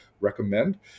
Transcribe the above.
recommend